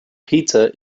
pizza